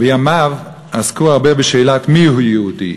בימיו עסקו הרבה בשאלת "מיהו יהודי?",